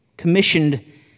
Commissioned